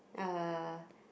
uh